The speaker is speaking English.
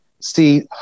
see